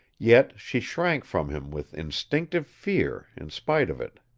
yet she shrank from him with instinctive fear in spite of it.